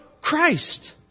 Christ